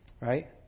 right